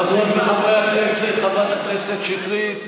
חברות וחברי הכנסת, חברת הכנסת שטרית.